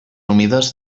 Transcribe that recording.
humides